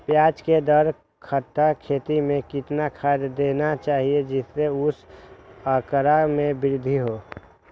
प्याज के दस कठ्ठा खेत में कितना खाद देना चाहिए जिससे उसके आंकड़ा में वृद्धि हो?